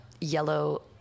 yellow